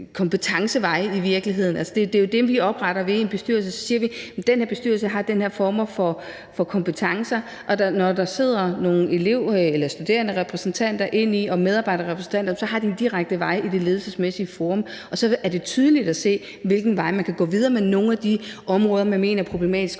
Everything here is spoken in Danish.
kommandovej. Det er jo det, vi skaber ved at oprette en bestyrelse. På den måde siger vi, at den her bestyrelse har de og de kompetencer, og når der sidder nogle repræsentanter for de studerende og for medarbejderne, har de en direkte vej ind i det ledelsesmæssige forum, og så er det tydeligt at se, hvilken vej man kan gå videre med nogle af de områder, man mener er problematiske,